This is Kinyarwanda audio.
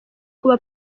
kuba